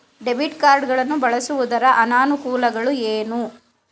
Debit card ಗಳನ್ನು ಬಳಸುವುದರ ಅನಾನುಕೂಲಗಳು ಏನು?